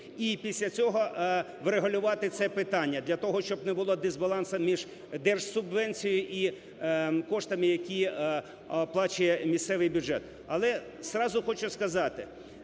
і після цього врегулювати це питання для того, щоб не було дисбалансу між держсубвенцією і коштами, які оплачує місцевий бюджет. Але зразу хочу сказати,